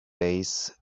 days